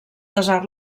desar